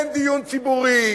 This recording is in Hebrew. אין דיון ציבורי,